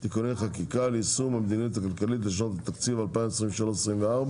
(תיקוני חקיקה ליישום המדיניות הכלכלית לשנות התקציב 2023 ו-2024),